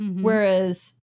whereas